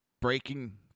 Breaking